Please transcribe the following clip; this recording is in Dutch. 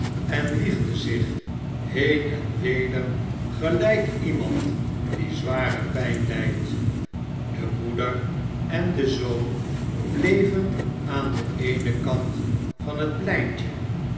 en wiegde zich heen en weder gelijk iemand die zware pijn lijdt de moeder en de zoon bleven aan den eenen kant van het pleintje